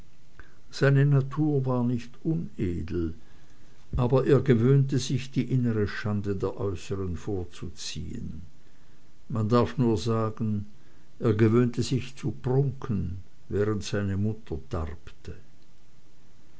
seine natur war nicht unedel aber er gewöhnte sich die innere schande der äußern vorzuziehen man darf nur sagen er gewöhnte sich zu prunken während seine mutter darbte